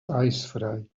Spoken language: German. eisfrei